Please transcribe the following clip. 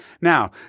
Now